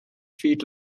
feet